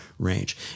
Range